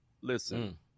Listen